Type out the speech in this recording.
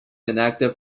inactive